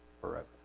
forever